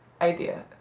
idea